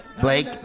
Blake